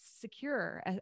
secure